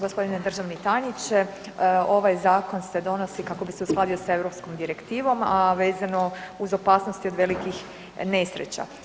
G. državni tajniče, ovaj zakon se donosi kako bi se uskladio sa europskom direktivom a vezano uz opasnosti od velikih nesreća.